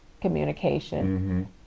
communication